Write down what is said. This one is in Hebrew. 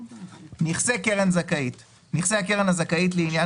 "נכסי קרן זכאית" נכסי הקרן הזכאית לעניין